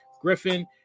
Griffin